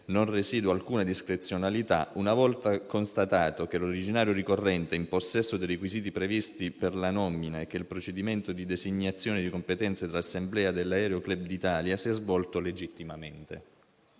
non residua alcuna discrezionalità, una volta constatato che l'originario ricorrente è in possesso dei requisiti previsti per la nomina e che il procedimento di designazione di competenza dell'assemblea dell'Aereo Club d'Italia si è svolto legittimamente».